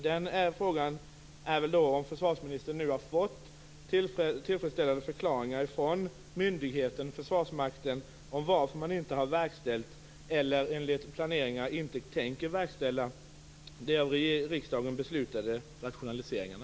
Den frågan är: Har försvarsministern nu fått tillfredsställande förklaringar från Försvarsmakten om varför man inte har verkställt, eller enligt planeringar inte tänker verkställa, de av riksdagen beslutade rationaliseringarna?